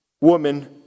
woman